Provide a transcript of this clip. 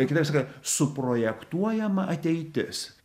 kitaip sakant suprojektuojama ateitis